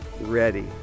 ready